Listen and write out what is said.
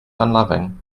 unloving